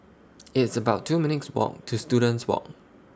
It's about two minutes' Walk to Students Walk